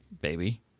Baby